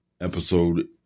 episode